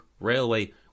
Railway